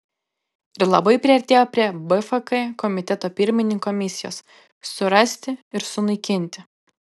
ir labai priartėjo prie bfk komiteto pirmininko misijos surasti ir sunaikinti